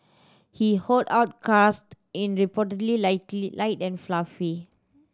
he hollowed out crust in reportedly lightly light and fluffy